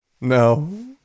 No